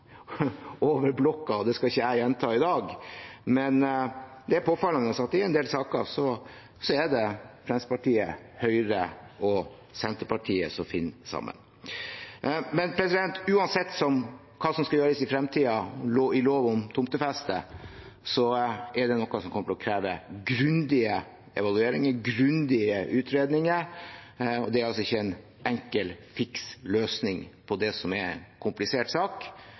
Det skal ikke jeg gjenta i dag, men det er påfallende at i en del saker er det Fremskrittspartiet, Høyre og Senterpartiet som finner sammen. Men uansett hva som skal gjøres i fremtiden med lov om tomtefeste, kommer det til å kreve grundige evalueringer og grundige utredninger. Det er altså ikke en enkel, fiks løsning på det som er en komplisert sak,